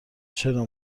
چرا